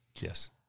Yes